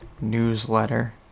newsletter